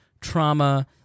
trauma